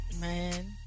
Man